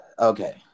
Okay